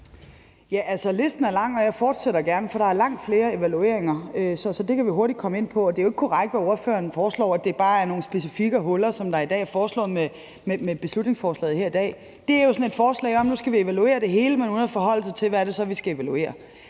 Altså, listen er lang, og jeg fortsætter gerne, for der er langt flere evalueringer, så det kan vi nemt komme ind på. Det er jo ikke korrekt, hvad ordføreren siger, nemlig at det bare er nogle specifikke huller, der foreslås at se på med beslutningsforslaget her i dag. Det er jo et forslag om, at vi nu skal evaluere det hele, men uden at man i forslaget forholder sig til, hvad det er, vi skal evaluere.